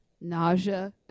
nausea